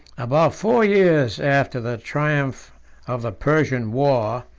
about four years after the triumph of the persian war,